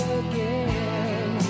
again